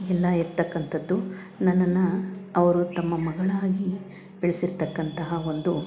ಎಲ್ಲ ಇರ್ತಕ್ಕಂತದ್ದು ನನ್ನನ್ನು ಅವರು ತಮ್ಮ ಮಗಳಾಗಿ ಬೆಳೆಸಿರ್ತಕ್ಕಂತಹ ಒಂದು